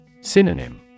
Synonym